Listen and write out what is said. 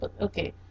okay